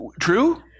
True